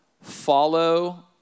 Follow